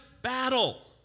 battle